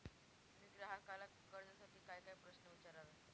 मी ग्राहकाला कर्जासाठी कायकाय प्रश्न विचारावे?